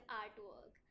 artwork